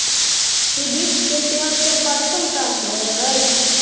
hibiscus के पेंड़ से पटसन प्राप्त होव हई